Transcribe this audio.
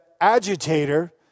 agitator